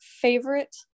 favorite